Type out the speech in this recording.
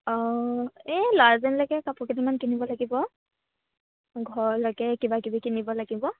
অঁ এই ল'ৰাজনীলৈকে কাপোৰ কেইটামান কিনিব লাগিব ঘৰলৈকে কিবাাকিবি কিনিব লাগিব